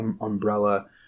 umbrella